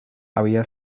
había